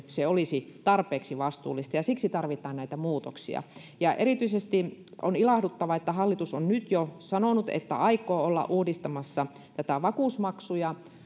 se olisi tarpeeksi vastuullista ja siksi tarvitaan näitä muutoksia erityisesti on ilahduttavaa että hallitus on nyt jo sanonut että aikoo olla uudistamassa näitä vakuusmaksuja